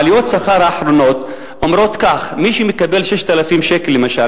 עליות השכר האחרונות אומרות כך: מי שמקבל 6,000 שקל למשל,